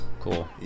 Cool